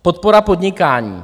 Podpora podnikání.